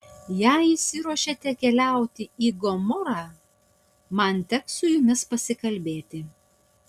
jei išsiruošėte keliauti į gomorą man teks su jumis pasikalbėti